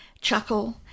chuckle